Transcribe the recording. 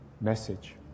message